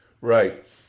Right